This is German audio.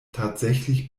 tatsächlich